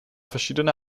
verschiedene